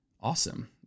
Awesome